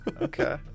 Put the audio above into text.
Okay